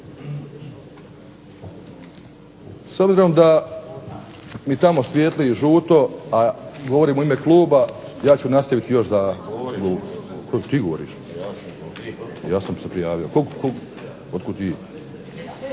S obzirom da mi tamo svijetli žuto, a govorim u ime kluba, ja ću nastaviti još za… … /Upadica se ne razumije./… Ja sam se prijavio. …